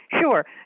sure